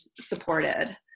supported